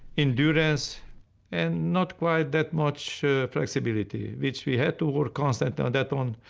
endurance and not quite that much flexibility, which we had to work constant on that one,